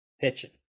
pitching